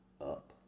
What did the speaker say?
up